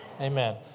Amen